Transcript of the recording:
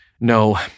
No